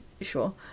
sure